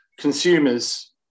consumers